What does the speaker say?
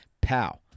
Pow